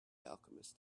alchemist